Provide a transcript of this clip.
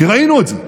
כי ראינו את זה.